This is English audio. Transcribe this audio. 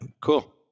Cool